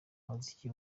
muziki